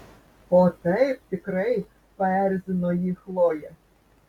o taip tikrai paerzino jį chlojė